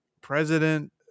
president